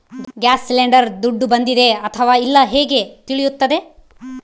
Gas cylinder ದುಡ್ಡು ಬಂದಿದೆ ಅಥವಾ ಇಲ್ಲ ಹೇಗೆ ತಿಳಿಯುತ್ತದೆ?